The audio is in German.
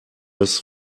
das